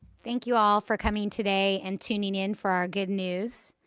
thank you all for coming today and tuning in for our good news.